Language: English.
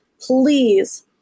please